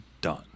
done